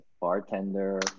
bartender